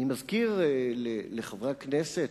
אני מזכיר לחברי הכנסת,